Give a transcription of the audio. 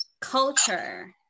culture